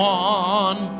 one